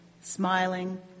smiling